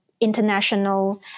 international